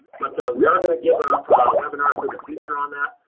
but we are going to give a webinar for the future on that.